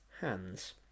hands